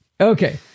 okay